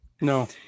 No